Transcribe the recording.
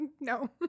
No